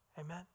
Amen